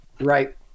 right